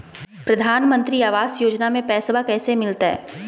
प्रधानमंत्री आवास योजना में पैसबा कैसे मिलते?